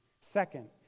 Second